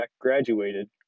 graduated